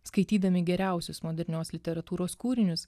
skaitydami geriausius modernios literatūros kūrinius